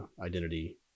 identity